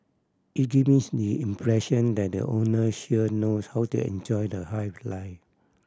it give me impression that the owner sure knows how to enjoy the high life